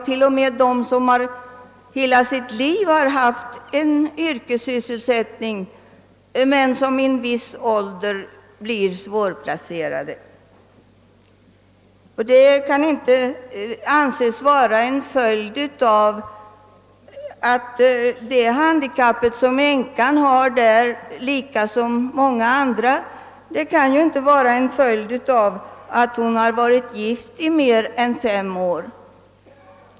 Till och med de som hela sitt liv har haft en yrkessysselsättning blir vid en viss ålder svårplacerade, om de måste söka nytt arbete. Det handikapp som änkan liksom många andra har i det avseendet kan ju inte vara en följd av att hon varit gift i mer än fem år.